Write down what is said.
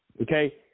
Okay